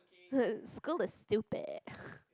uh school is stupid